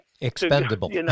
Expendable